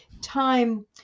time